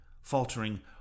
faltering